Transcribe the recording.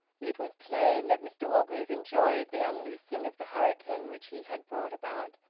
it was plain that mr orgreave enjoyed the unloosing of the hurricane which he had brought about.